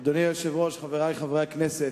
אדוני היושב-ראש, חברי חברי הכנסת,